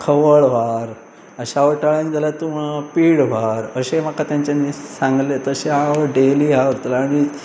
खवळ व्हर अशा शेंवटाळ्यांक जाल्यार तूं पीठ व्हर अशें म्हाका तांच्यांनी सांगलें तशें हांव डेली हे व्हरतलो आनी